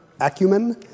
acumen